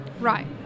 Right